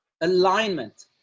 alignment